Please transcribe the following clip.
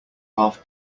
half